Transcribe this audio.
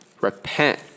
repent